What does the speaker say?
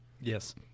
Yes